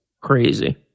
Crazy